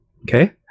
Okay